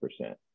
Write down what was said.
percent